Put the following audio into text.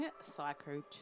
Psycho